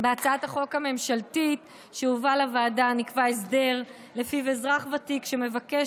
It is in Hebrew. בהצעת החוק הממשלתית שהובאה לוועדה נקבע הסדר שלפיו אזרח ותיק שמבקש